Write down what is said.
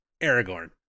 Aragorn